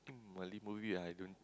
Malay movie I don't think